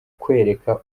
kwereka